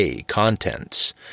Contents